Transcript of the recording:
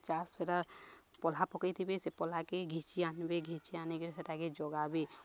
ଚାଷ୍ ସେଟା ପଲ୍ହା ପକେଇଥିବେ ସେ ପଲ୍ହାକେ ଘିଚି ଆଣବେ ଘିଚି ଆନିକିରି ସେଟାକେ ଯୋଗାବେ